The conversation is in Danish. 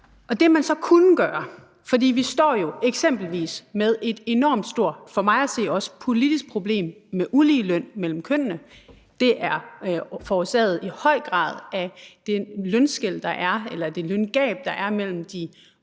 Det kunne man gøre. For vi står jo eksempelvis med et enormt stort for mig at se også politisk problem med uligeløn mellem kønnene. Det er i høj grad forårsaget af det løngab, der er, mellem de